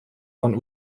von